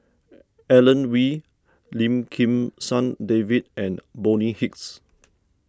Alan Oei Lim Kim San David and Bonny Hicks